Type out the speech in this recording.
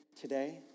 today